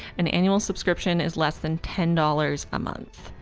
an annual subscription is less than ten dollars a month!